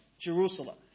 Jerusalem